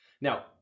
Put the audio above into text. now